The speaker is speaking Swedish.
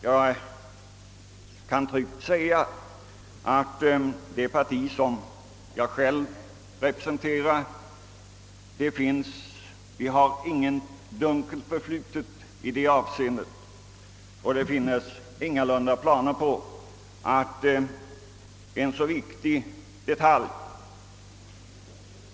Jag kan tryggt säga att det parti som jag själv representerar inte har något dunkelt förflutet i detta avseende, och det finns ingalunda några planer på att en så viktig detalj